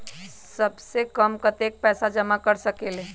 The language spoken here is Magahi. सबसे कम कतेक पैसा जमा कर सकेल?